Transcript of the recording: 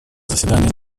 заседание